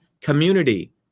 community